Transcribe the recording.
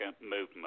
movement